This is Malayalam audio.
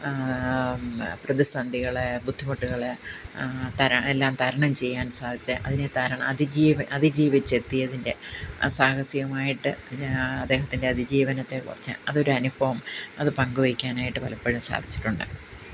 പ്രതിസന്ധികൾ ബുദ്ധിമുട്ടുകൾ തരണ് എല്ലാം തരണം ചെയ്യാന് സാധിച്ച അതിനെ തരണം അതിജീവന് അതിജീവിച്ചെത്തിയതിന്റെ സാഹസികമായിട്ട് അദ്ദേഹത്തിന്റെ അതിജീവനത്തെക്കുറിച്ച് അതൊരനുഭവം അത് പങ്കു വെയ്ക്കാനായിട്ട് പലപ്പോഴും സാധിച്ചിട്ടുണ്ട്